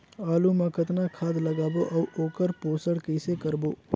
आलू मा कतना खाद लगाबो अउ ओकर पोषण कइसे करबो?